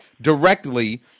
directly